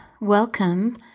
Welcome